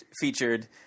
featured